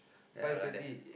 ya around there